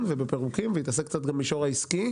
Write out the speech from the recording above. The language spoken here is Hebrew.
ובפירוקים והתעסק קצת גם במישור העסקי,